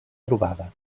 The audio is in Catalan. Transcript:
trobada